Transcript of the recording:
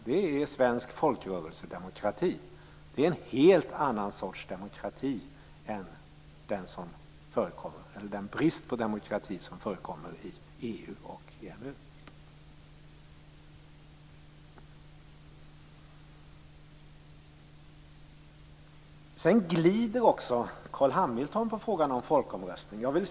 Det är svensk folkrörelsedemokrati, och det är en helt annan demokrati än den demokrati - eller brist på demokrati - som förekommer i EU och när det gäller EMU. Carl Hamilton glider i frågan om en folkomröstning.